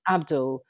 Abdul